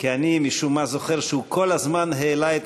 כי אני משום מה זוכר שהוא כל הזמן העלה את